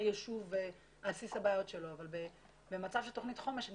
ישוב על בסיס הבעיות שלו אבל במצב של תוכנית חומש אני